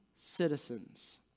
citizens